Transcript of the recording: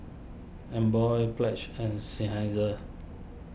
Emborg Pledge and Seinheiser